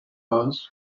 asked